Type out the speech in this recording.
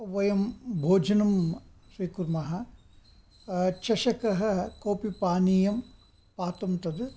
वयं भोजनं स्वीकुर्मः चषकः कोऽपि पानीयं पातुं तत्